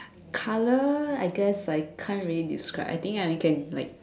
colour I guess I can't really describe I think I only can like